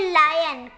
lion